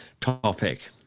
topic